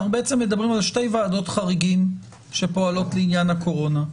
אנחנו בעצם מדברים על שתי ועדות חריגים שפועלות לעניין הקורונה.